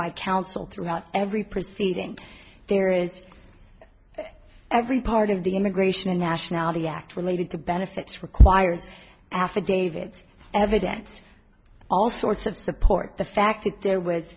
by counsel throughout every proceeding there is every part of the immigration and nationality act related to benefits requires affidavits evidence all sorts of support the fact that there was